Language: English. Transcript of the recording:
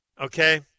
Okay